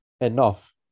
enough